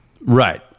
Right